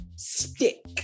Stick